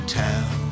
town